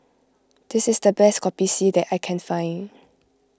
this is the best Kopi C that I can find